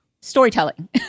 storytelling